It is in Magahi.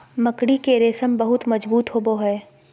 मकड़ी के रेशम बहुत मजबूत होवो हय